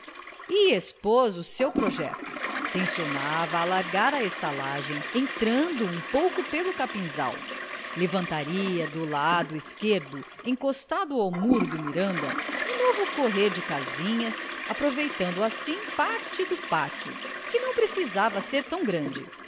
e expôs o seu projeto tencionava alargar a estalagem entrando um pouco pelo capinzal levantaria do lado esquerdo encostado ao muro do miranda um novo correr de casinhas aproveitando assim parte do pátio que não precisava ser tão grande